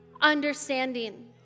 understanding